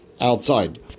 outside